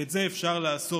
ואת זה אפשר לעשות.